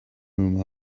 him